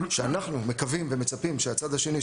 שאנחנו מקווים ומצפים שהצד השני,